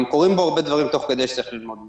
קורים בו הרבה דברים תוך כדי שצריך ללמוד מהם.